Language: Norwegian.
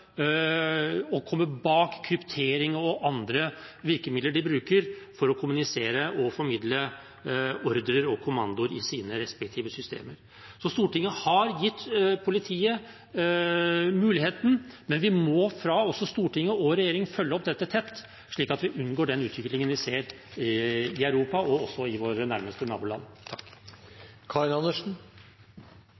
og komme bak kryptering og andre virkemidler som brukes for å kommunisere og formidle ordrer og kommandoer fra de respektive systemene. Stortinget har gitt politiet muligheten, men vi må fra storting og regjering også følge opp dette tett, slik at vi unngår den utviklingen vi ser i Europa og i våre nærmeste naboland.